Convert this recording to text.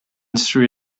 sri